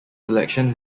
selection